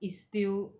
is still